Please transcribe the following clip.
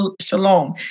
Shalom